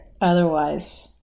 otherwise